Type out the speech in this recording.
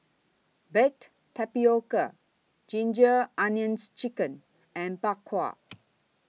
Baked Tapioca Ginger Onions Chicken and Bak Kwa